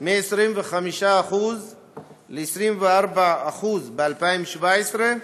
מ-25% ל-24% ב-2017,